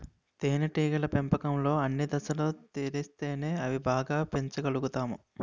తేనేటీగల పెంపకంలో అన్ని దశలు తెలిస్తేనే అవి బాగా పెంచగలుతాము